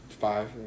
five